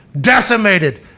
decimated